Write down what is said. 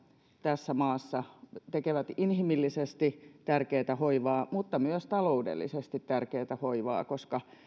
tässä maassa tekevät inhimillisesti tärkeätä hoivaa mutta myös taloudellisesti tärkeätä hoivaa koska